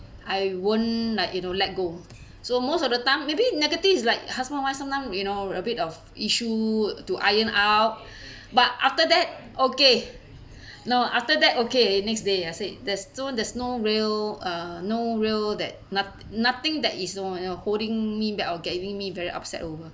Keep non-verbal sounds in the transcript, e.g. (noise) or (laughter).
I won't like you know let go so most of the time maybe negative is like husband why sometime you know a bit of issue to iron out (breath) but after that okay no after that okay next day I said there's so there's no real uh no real that not~ nothing that is no you know holding me back or get giving me very upset over